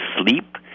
sleep